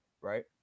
right